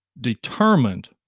determined